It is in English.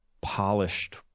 polished